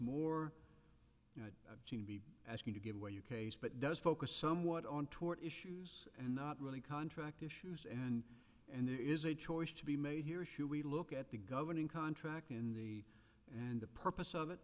jeanne be asking to give away your case but does focus somewhat on tort issues and not really contract issues and and there is a choice to be made here should we look at the governing contract in the and the purpose of it